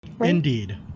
Indeed